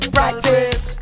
Practice